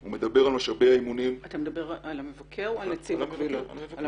אתה מדבר על המבקר או על נציב קבילות החיילים?